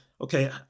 okay